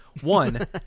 One